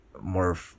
more